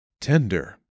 tender